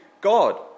God